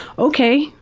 ok,